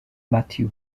matthew